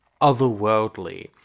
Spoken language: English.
otherworldly